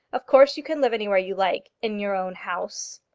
of course you can live anywhere you like in your own house.